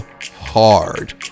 hard